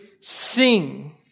sing